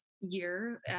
Year